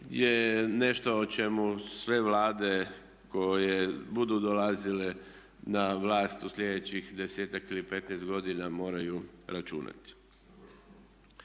je nešto o čemu sve vlade koje budu dolazile na vlast u sljedećih 10-ak ili 15 godina moraju računati.